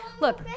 Look